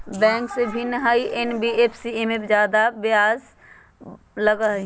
Bank से भिन्न हई एन.बी.एफ.सी इमे ब्याज बहुत ज्यादा लगहई?